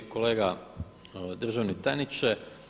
Kolega državni tajniče.